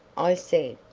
i said,